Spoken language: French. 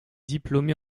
diplômé